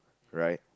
right